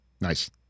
Nice